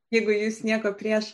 jeigu jūs nieko prieš